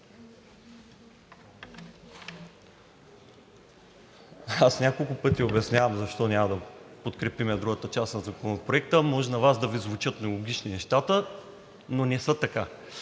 Аз няколко пъти обяснявам защо няма да подкрепим другата част на Законопроекта. Може на Вас да Ви звучат нелогични нещата, но не са така.